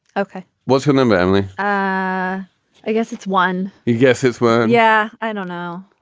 ok. what's your number, emily? i i guess it's one. yes, his word. yeah. i don't know.